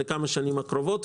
לכמה שנים הקרובות,